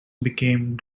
became